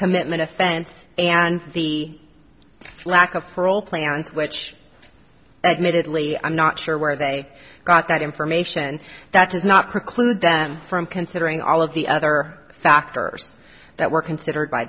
commitment offense and the lack of parole plans which admittedly i'm not sure where they got that information that does not preclude them from considering all of the other factors that were considered by